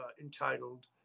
entitled